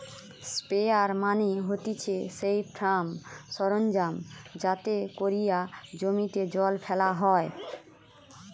sprayer মানে হতিছে সেই ফার্ম সরঞ্জাম যাতে কোরিয়া জমিতে জল ফেলা হয়